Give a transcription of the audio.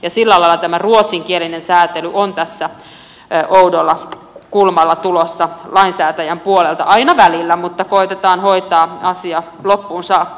sillä lailla tämä ruotsinkielinen säätely on tässä oudolla kulmalla tulossa lainsäätäjän puolelta aina välillä mutta koetetaan hoitaa asia loppuun saakka